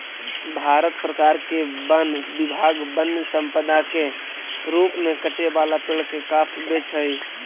भारत सरकार के वन विभाग वन्यसम्पदा के रूप में कटे वाला पेड़ के काष्ठ बेचऽ हई